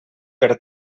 per